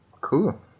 Cool